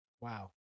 Wow